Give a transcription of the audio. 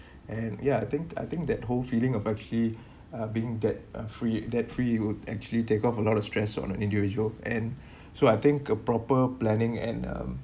and ya I think I think that whole feeling of actually uh being debt uh free debt free will actually take off a lot of stress on the individual and so I think a proper planning and um